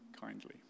kindly